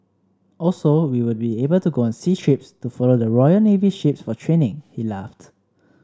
also we would be able to go on sea trips to follow the Royal Navy ships for training he laughed